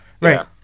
Right